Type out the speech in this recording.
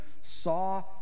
saw